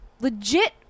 legit